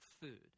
food